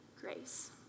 grace